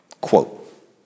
Quote